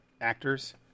actors